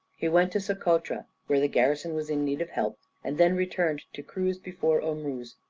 he went to socotra, where the garrison was in need of help, and then returned to cruise before ormuz,